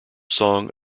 song